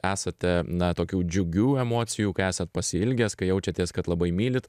esate na tokių džiugių emocijų esat pasiilgęs kai jaučiatės kad labai mylit